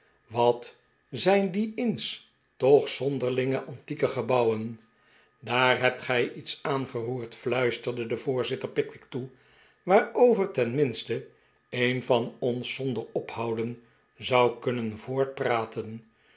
wat zijn die inn's toch zonderlinge antieke gebouwen daar hebt gij iets aangeroerd f luisterde de voorzitter pickwick toe waarover ten mihste een van ons zonder ophouden zou kunnen